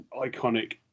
iconic